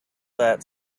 that